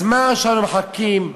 הזמן שאנו מחכים,